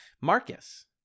Marcus